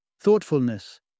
Thoughtfulness